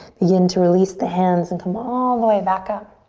begin to release the hands and come all the way back up.